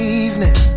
evening